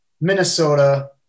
Minnesota